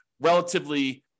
relatively